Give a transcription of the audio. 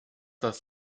das